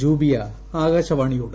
Jubiya ആകാ്ശവാ്ണിയോട്